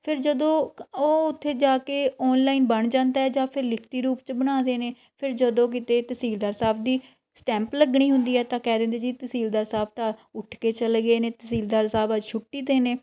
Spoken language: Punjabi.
ਫਿਰ ਜਦੋਂ ਉਹ ਉੱਥੇ ਜਾ ਕੇ ਔਨਲਾਈਨ ਬਣ ਜਾਂਦਾ ਜਾਂ ਫਿਰ ਲਿਖਤੀ ਰੂਪ 'ਚ ਬਣਾਉਂਦੇ ਨੇ ਫਿਰ ਜਦੋਂ ਕਿਤੇ ਤਹਿਸੀਲਦਾਰ ਸਾਹਿਬ ਦੀ ਸਟੈਂਪ ਲੱਗਣੀ ਹੁੰਦੀ ਹੈ ਤਾਂ ਕਹਿ ਦਿੰਦੇ ਜੀ ਤਹਿਸੀਲਦਾਰ ਸਾਹਿਬ ਤਾਂ ਉੱਠ ਕੇ ਚਲੇ ਗਏ ਨੇ ਤਹਿਸੀਲਦਾਰ ਸਾਹਿਬ ਅੱਜ ਛੁੱਟੀ 'ਤੇ ਨੇ